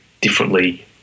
differently